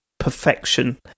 perfection